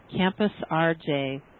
campusRJ